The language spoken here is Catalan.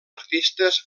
artistes